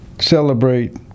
celebrate